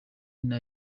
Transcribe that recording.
nta